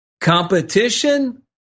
competition